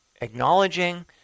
Acknowledging